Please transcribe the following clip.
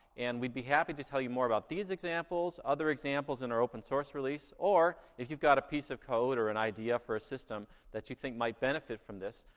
and we'd be happy to tell you more about these examples, other examples in our open source release. or if you've got a piece of code or an idea for a system that you think might benefit from this,